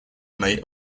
may